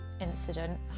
incident